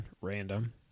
random